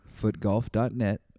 footgolf.net